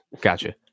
Gotcha